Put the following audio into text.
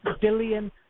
billion